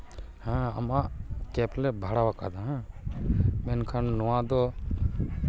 ᱦᱮᱸ ᱟᱢᱟᱜ ᱠᱮᱵᱽ ᱞᱮ ᱵᱷᱟᱲᱟᱣᱟᱠᱟᱫᱟ ᱦᱮᱸ ᱢᱮᱱᱠᱷᱟᱱ ᱱᱚᱣᱟ ᱫᱚ